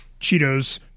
cheetos